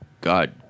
God